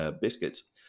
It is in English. biscuits